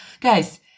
guys